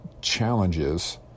challenges